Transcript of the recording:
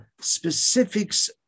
specifics